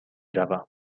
روم